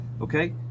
okay